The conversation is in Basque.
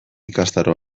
ikastaro